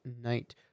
night